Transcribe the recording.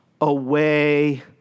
away